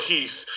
Heath